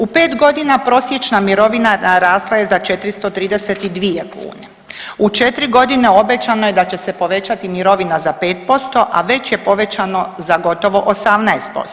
U 5 godina prosječna mirovina narasla je za 432 kune, u 4 godine obećano je da će se povećati mirovina za 5%, a već je povećano za gotovo 18%